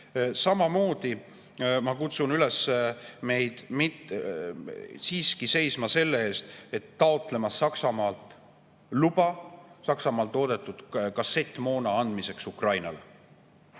Samamoodi ma kutsun üles siiski seisma selle eest, et taotletaks Saksamaalt luba Saksamaal toodetud kassettmoona andmiseks Ukrainale.